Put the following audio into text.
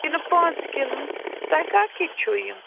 کِنہٕ پانٛژھِ کِلوٕنۍ تۄہہِ کَتھ کِتھۍ چھِو یِم